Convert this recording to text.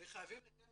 וחייבים לקיים